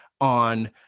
on